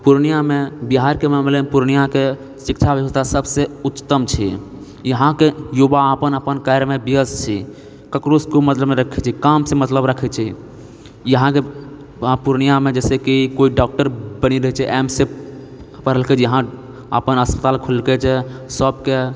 पूर्णियामे बिहारके मामलेमे पूर्णियाके शिक्षा व्यवस्था सभसँ उच्चतम छै इहाँके युवा अपन अपन कार्यमे व्यस्त छै ककरोसँ कोइ मतलब नहि रखैत छै कामसँ मतलब रखैत छै इहाँके अऽ पूर्णियामे जाहिसँ कि कोइ डॉक्टर पढ़ि रहै छै एम्ससँ पढ़लकैहँ इहाँ अपन अस्पताल खोललकै छै सभके